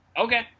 Okay